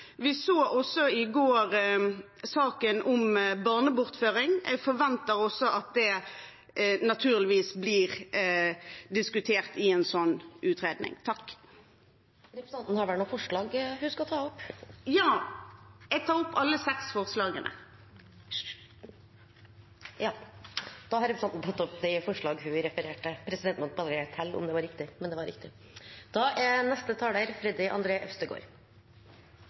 Vi så også i går saken om barnebortføring. Jeg forventer at det naturligvis blir diskutert i en sånn utredning. Representanten Hjemdal har vel noen forslag hun skal ta opp? Ja, jeg tar opp alle seks forslagene fra Fremskrittspartiet. Da har representanten Silje Hjemdal tatt opp de forslagene hun refererte til. Jeg vil starte med å understreke at problemene med samværshindring er